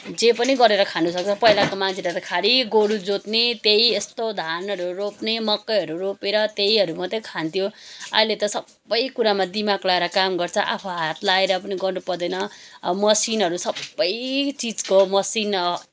जे पनि गरेर खानुसक्छ पहिला त मान्छेले त खालि गोरु जोत्ने त्यही यस्तो धानहरू रोप्ने मकैहरू रोपेर त्यहीहरू मात्रै खान्थ्यो अहिले त सबै कुरामा दिमाग लाएर काम गर्छ आफू हात लाएर पनि गर्नुपर्दैन अब मसिनहरू सबै चिजको मसिन